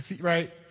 right